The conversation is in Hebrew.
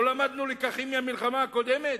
לא למדנו לקחים מהמלחמה הקודמת?